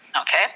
okay